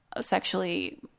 sexually